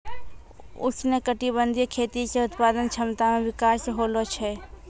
उष्णकटिबंधीय खेती से उत्पादन क्षमता मे विकास होलो छै